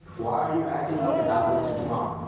why are you acting up and not listening to mom?